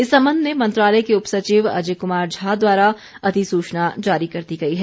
इस संबंध में मंत्रालय के उपसचिव अजय कुमार झा द्वारा अधिसूचना जारी कर दी है